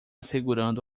segurando